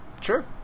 sure